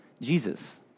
Jesus